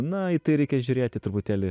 na į tai reikia žiūrėti truputėlį